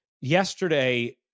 yesterday